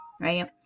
right